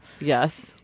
Yes